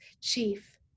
Chief